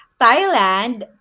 Thailand